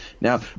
Now